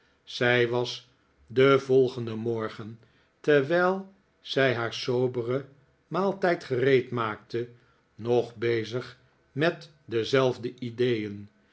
zij was den volgenden morgen terwijl zij haar soberen maaltijd gereedmaakte nog bezig met dezelfde ideeen